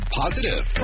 positive